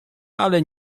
ale